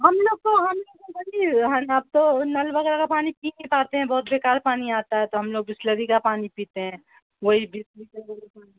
ہم لوگ تو ہم لوگ تو ہم اب تو نل وغیرہ پانی پی نہیں پاتے ہیں بہت بے کار پانی آتا ہے تو ہم لوگ بسلری کا پانی پیتے ہیں وہی